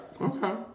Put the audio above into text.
Okay